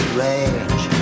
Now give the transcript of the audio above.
range